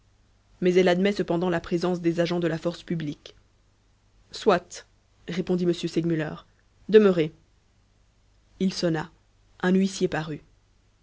mais elle admet cependant la présence des agents de la force publique soit répondit m segmuller demeurez il sonna un huissier parut